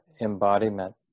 embodiment